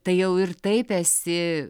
į tai jau ir taip esi